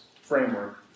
framework